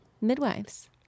Midwives